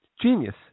Genius